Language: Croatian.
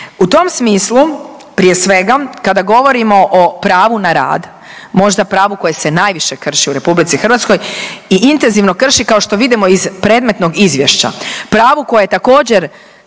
U tom smislu prije svega kada govorimo o pravu na rad možda pravu koje se najviše krši u Republici Hrvatskoj i intenzivno krši kao što vidimo iz predmetnog izvješća, pravo koje je također